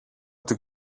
του